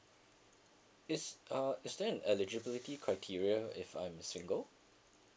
is uh is there an eligibility criteria if I'm single